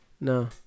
No